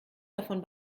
davon